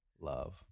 love